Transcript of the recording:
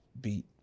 beat